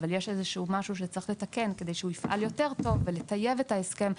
שיש בו משהו שצריך לתקן על מנת שיפעל יותר כדי לטייב את ההסכם,